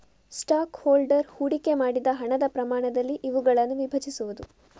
stock holder ಹೂಡಿಕೆ ಮಾಡಿದ ಹಣದ ಪ್ರಮಾಣದಲ್ಲಿ ಇವುಗಳನ್ನು ವಿಭಜಿಸುವುದು